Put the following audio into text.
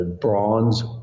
bronze